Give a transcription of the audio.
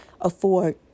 afford